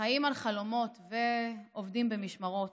// חיים על חלומות ועובדים במשמרות,